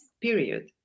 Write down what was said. period